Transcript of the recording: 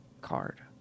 card